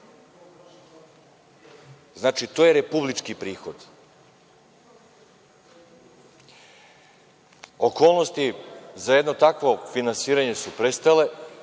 Znači, to je republički prihod. Okolnosti za jedno takvo finansiranje su prestale